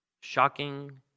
Shocking